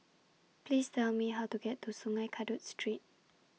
Please Tell Me How to get to Sungei Kadut Street